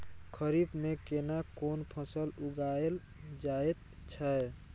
खरीफ में केना कोन फसल उगायल जायत छै?